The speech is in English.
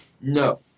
no